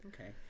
Okay